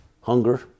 hunger